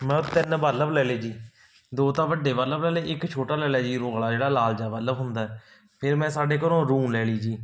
ਮੈਂ ਤਿੰਨ ਬਲਬ ਲੈ ਲਏ ਜੀ ਦੋ ਤਾਂ ਵੱਡੇ ਬਲਬ ਲੈ ਲਏ ਇੱਕ ਛੋਟਾ ਲੈ ਲਿਆ ਜੀਰੋ ਵਾਲਾ ਜਿਹੜਾ ਲਾਲ ਜਾ ਬਲਬ ਹੁੰਦਾ ਫਿਰ ਮੈਂ ਸਾਡੇ ਘਰੋਂ ਰੂੰ ਲੈ ਲਈ ਜੀ